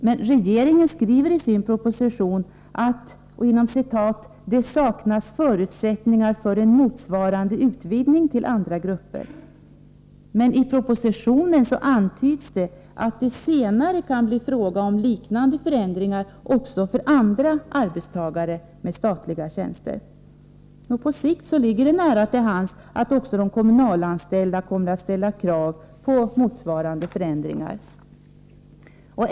Men regeringen skriver i sin proposition att det ”saknas förutsättningar för en motsvarande utvidgning till andra grupper”. Men i propositionen antyds det att det senare kan bli fråga om liknande förändringar också för andra arbetstagare med statliga tjänster. På sikt ligger det nära till hands att också de kommunalanställda kommer att ställa krav på motsvarande förändringar.